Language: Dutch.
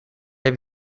heb